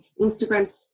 instagram